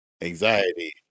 anxiety